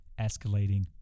escalating